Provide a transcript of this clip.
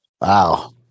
wow